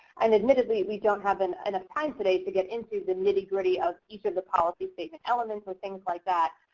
and admittedly we don't have enough time today to get into the nitty gritty of each of the policy statement elements and things like that.